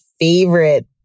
favorite